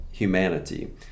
humanity